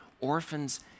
Orphans